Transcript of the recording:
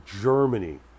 Germany